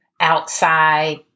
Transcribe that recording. outside